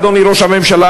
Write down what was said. אדוני ראש הממשלה,